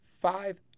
five